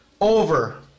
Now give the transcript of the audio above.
over